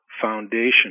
foundation